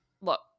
look